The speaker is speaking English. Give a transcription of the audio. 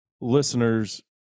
listeners